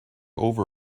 over